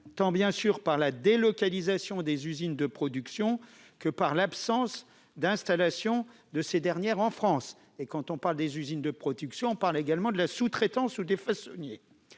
sanitaire, tant par la délocalisation des usines de production que par l'absence d'installation de ces dernières en France. Quand on parle des usines de production, on parle également de la sous-traitance ou des façonniers